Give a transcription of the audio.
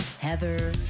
Heather